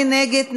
מי נגד?